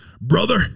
Brother